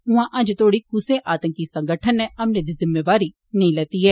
उआं अर्जे तोड़ी कुसै आतंकी संगठन नै हमले दी जुम्मेवारी नेई लैती ऐ